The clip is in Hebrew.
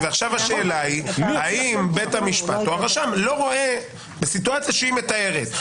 ועכשיו השאלה היא האם בית המשפט או הרשם לא רואה בסיטואציה שציפי מתארת.